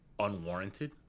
unwarranted